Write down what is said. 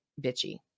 bitchy